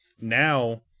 Now